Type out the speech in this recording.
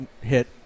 hit